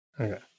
Okay